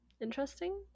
interesting